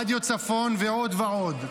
רדיו צפון ועוד ועוד.